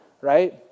right